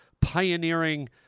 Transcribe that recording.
pioneering